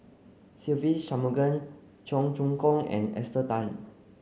Se Ve Shanmugam Cheong Choong Kong and Esther Tan